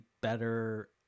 better